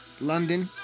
London